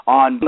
on